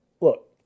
Look